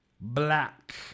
Black